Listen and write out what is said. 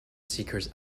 seekers